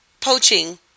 poaching